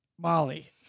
molly